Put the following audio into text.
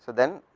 then